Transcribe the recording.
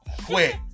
Quit